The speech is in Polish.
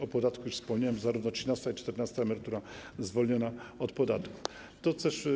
O podatku już wspomniałem, zarówno trzynasta, jak i czternasta emerytura zwolnione są od podatku.